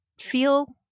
feel